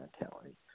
mentality